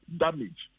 damage